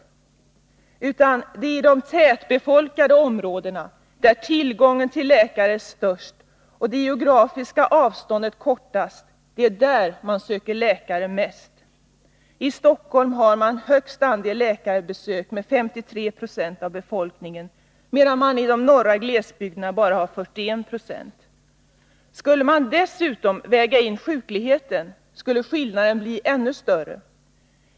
Det är i de tätbefolkade områdena, där tillgången till läkare är störst och det geografiska avståndet kortast, som man söker läkare mest. I Stockholm har man den högsta andelen läkarbesök med 53 26, medan andelen i de norra glesbygderna uppgår till bara 41 96. Skulle man dessutom väga in sjukligheten i bilden skulle skillnaden bli ännu större.